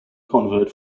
convert